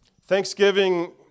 Thanksgiving